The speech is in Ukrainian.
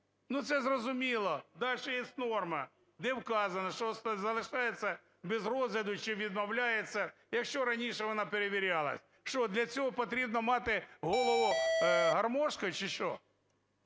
Ну це зрозуміло. Дальше є норма, де вказано, що залишається без розгляду чи відмовляється, якщо раніше вона перевірялась. Що, для цього потрібно мати голову гармошкой чи що?